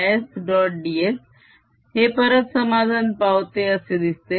ds हे परत समाधान पावते असे दिसते